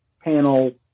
panel